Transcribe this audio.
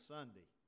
Sunday